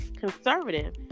Conservative